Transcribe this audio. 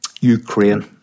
Ukraine